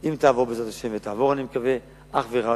אם תעבור, בעזרת השם, ותעבור, אני מקווה, אך ורק